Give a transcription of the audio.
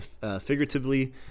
figuratively